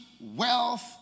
wealth